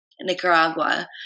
Nicaragua